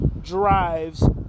drives